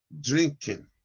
drinking